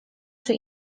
czy